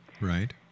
Right